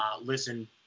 listen